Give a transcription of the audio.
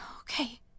okay